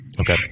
Okay